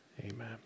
Amen